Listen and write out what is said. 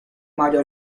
mario